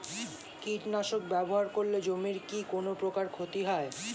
কীটনাশক ব্যাবহার করলে জমির কী কোন প্রকার ক্ষয় ক্ষতি হয়?